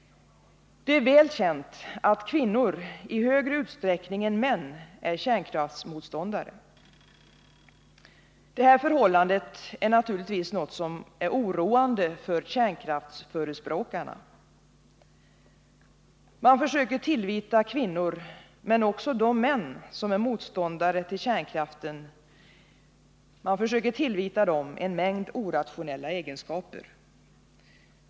Det är väl känt att kvinnor i högre utsträckning än män är kärnkraftsmotståndare. Detta förhållande är naturligtvis oroande för kärnkraftsförespråkarna. Man försöker tillvita kvinnor men också de män som är motståndare till kärnkraften en mängd orationella egenskaper.